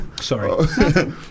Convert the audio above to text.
Sorry